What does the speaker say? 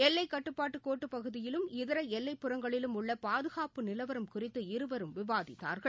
எல்லைக்கட்டுப்பாட்டுகோட்டுப் பகுதியிலும் இதர எல்லைப்புறங்களிலும் உள்ள பாதுகாப்பு நிலவரம் குறித்து இருவரும் விவாதித்தார்கள்